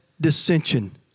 dissension